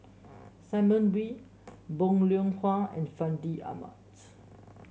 Simon Wee Bong Hiong Hwa and Fandi Ahmad